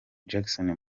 jackson